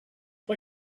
but